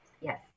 Yes